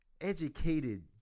educated